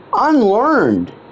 unlearned